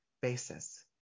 basis